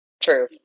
True